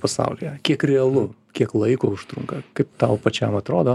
pasaulyje kiek realu kiek laiko užtrunka kaip tau pačiam atrodo